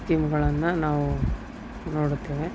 ಸ್ಕೀಮ್ಗಳನ್ನು ನಾವು ನೋಡ್ತೇವೆ